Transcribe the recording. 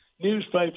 Newspaper